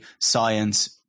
science